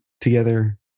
together